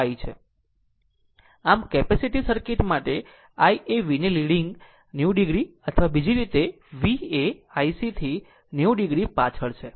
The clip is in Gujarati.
આમ કેપેસિટીવ સર્કિટ માટે i એ V ને લીડીગ 90 o અથવા બીજી રીતે V એ IC90 o થી પાછળ છે